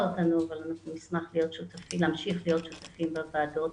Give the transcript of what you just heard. אותנו אבל אנחנו נשמח להמשיך להיות שותפים בוועדות